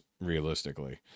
realistically